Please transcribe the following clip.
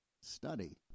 study